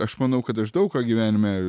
aš manau kad aš daug ką gyvenime